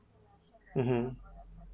mmhmm